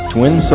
Twin